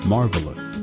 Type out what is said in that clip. Marvelous